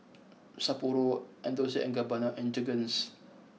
Sapporo and Dolce and Gabbana and Jergens